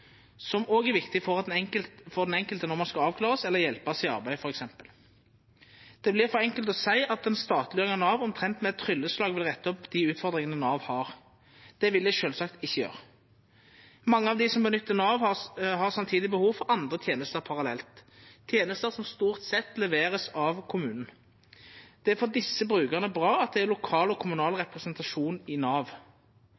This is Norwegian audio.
er viktig når den enkelte skal avklarast eller hjelpast i arbeid, f.eks. Det er for enkelt å seia at ei statleggjering av Nav omtrent med eit trylleslag vil retta opp dei utfordringane Nav har. Det vil det sjølvsagt ikkje gjera. Mange av dei som nyttar Nav, har samtidig behov for andre tenester parallelt, tenester som stort sett vert leverte av kommunen. Det er for desse brukarane bra at det er lokal og kommunal